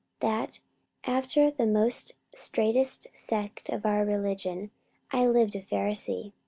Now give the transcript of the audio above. that after the most straitest sect of our religion i lived a pharisee.